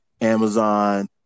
Amazon